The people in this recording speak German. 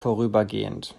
vorübergehend